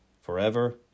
forever